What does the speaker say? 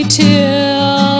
till